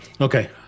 Okay